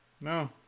No